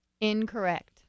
Incorrect